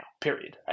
period